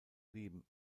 leben